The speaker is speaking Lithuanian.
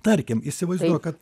tarkim įsivaizduok kad